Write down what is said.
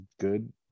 good